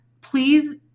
please